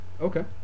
Okay